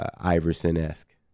Iverson-esque